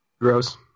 Gross